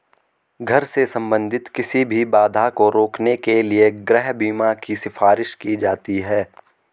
घर से संबंधित किसी भी बाधा को रोकने के लिए गृह बीमा की सिफारिश की जाती हैं